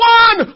one